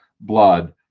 blood